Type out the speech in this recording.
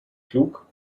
klug